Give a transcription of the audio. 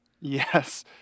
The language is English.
Yes